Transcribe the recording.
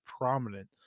prominent